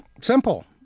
simple